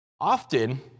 Often